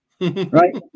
right